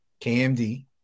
KMD